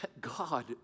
God